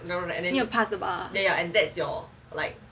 need to pass the bar